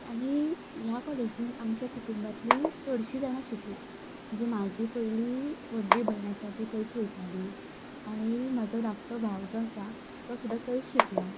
आनी ह्या कॉलेजींत आमच्या कुटुंबांतलीं चडशीं जाणां शिकलां जे म्हजी पयलीं व्हडली भयण आसा ती थंयच वयताली आनी म्हाजो धाकटो भाव जो आसा तो सुद्दां थंयच शिकला